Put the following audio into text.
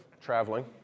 traveling